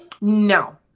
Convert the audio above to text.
No